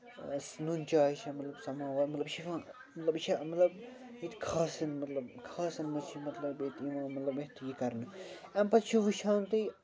یُس نُن چاے چھِ مطلب سَماوار مطلب یہِ چھِ یِوان مطلب یہِ چھےٚ مطلب ییٚتہِ خاصٕن مطلب خاصَن منٛز چھِ مطلب ییٚتہِ یِوان مطلب ییٚتہِ یہِ کرنہٕ اَمہِ پَتہٕ چھُ وٕچھان تُہۍ